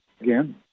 again